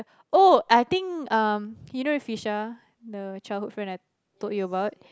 oh I think um you know Phisha the childhood friend I told you about